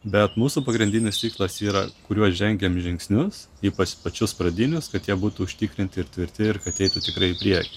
bet mūsų pagrindinis tikslas yra kuriuos žengiam žingsnius ypač pačius pradinius kad jie būtų užtikrinti ir tvirti ir kad eitų tikrai į priekį